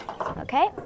Okay